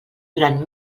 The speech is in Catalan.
durant